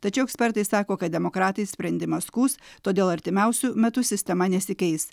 tačiau ekspertai sako kad demokratai sprendimą skųs todėl artimiausiu metu sistema nesikeis